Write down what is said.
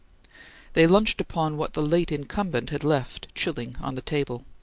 they lunched upon what the late incumbent had left chilling on the table,